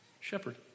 shepherd